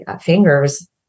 fingers